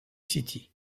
city